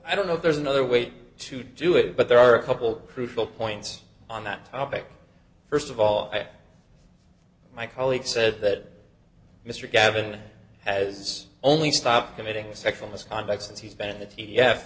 i don't know if there's another way to do it but there are a couple crucial points on that topic st of all my colleague said that mr gavin has only stop committing sexual misconduct since he's been in the t